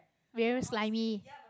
very slimy